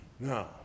No